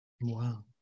wow